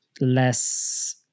less